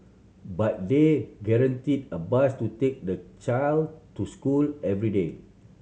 but they guaranteed a bus to take the child to school every day